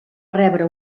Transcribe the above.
rebre